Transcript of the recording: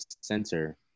center